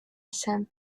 saint